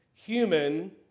human